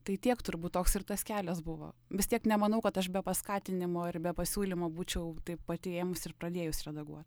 tai tiek turbūt toks ir tas kelias buvo vis tiek nemanau kad aš be paskatinimo ir be pasiūlymo būčiau taip pati ėmus ir pradėjus redaguot